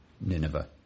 Nineveh